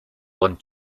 want